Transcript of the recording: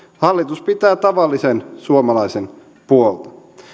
hallitus pitää tavallisen suomalaisen puolia